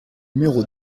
numéro